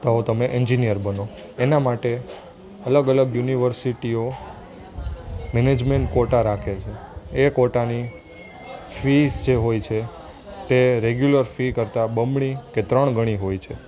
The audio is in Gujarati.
તો તમે ઍન્જિનયર બનો એના માટે અલગ અલગ યુનિવર્સિટિઓ મેનેજમેન્ટ કોટા રાખે છે એ કોટાની ફીસ જે હોય છે તે રેગ્યુલર ફી કરતાં બમણી કે ત્રણ ગણી હોય છે